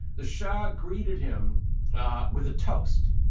the shah greeted him but with a toast.